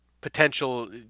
potential